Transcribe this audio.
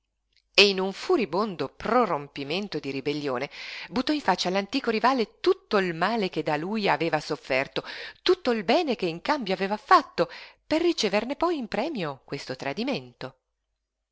e in un furibondo prorompimento di ribellione buttò in faccia all'antico rivale tutto il male che da lui aveva sofferto tutto il bene che in cambio aveva fatto per riceverne poi in premio questo tradimento